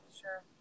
Sure